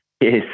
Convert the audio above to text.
Yes